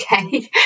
okay